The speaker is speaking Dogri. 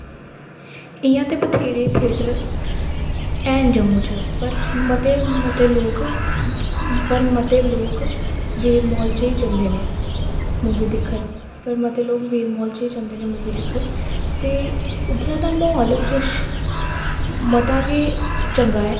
इंया तां बथ्हेरे थेटर हैन जम्मू च पर मते मते लोक मते लोक वेब मॉल च जंदे न मूवी दिक्खन मतलब वेब मॉल च जंदे न मूवी दिक्खन ते उद्धरा दा म्हौल कुछ मता गै चंगा ऐ